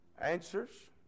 answers